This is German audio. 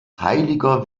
heiliger